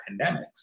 pandemics